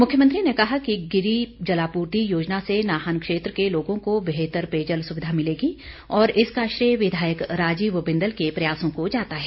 मुख्यमंत्री ने कहा कि गिरि जलापूर्ति योजना से नाहन क्षेत्र के लोगों को बेहतर पेयजल सुविधा मिलेगी और इसका श्रेय विधायक राजीव बिंदल के प्रयासों को जाता है